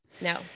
No